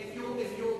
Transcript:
איפה הקואליציה?